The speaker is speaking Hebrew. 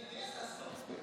מספיק.